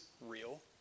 real